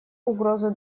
угрозу